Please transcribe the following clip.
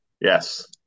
Yes